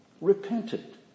repented